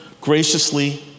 graciously